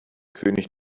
könig